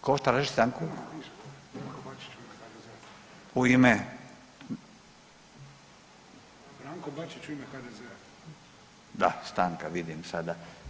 ko traži stanku? [[Upadica: Branko Bačić u ime HDZ-a]] U ime [[Upadica: Branko Bačić u ime HDZ-a]] Da stanka, vidim sada.